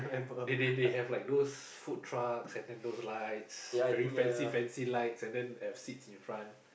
they they they have like those food trucks and then those lights very fancy fancy lights and then have seats in front